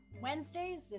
Wednesdays